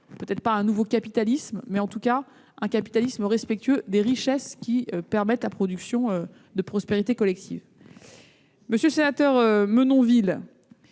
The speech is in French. créons sinon un nouveau capitalisme, du moins un capitalisme respectueux des richesses qui permettent la production de prospérité collective. Monsieur le sénateur Menonville,